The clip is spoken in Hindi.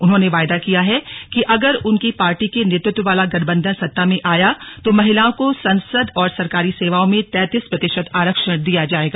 उन्होंने वायदा किया है कि अगर उनकी पार्टी के नेतृत्व वाला गठबंधन सत्ता में आया तो महिलाओं को संसद और सरकारी सेवाओं में तैंतीस प्रतिशत आरक्षण दिया जाएगा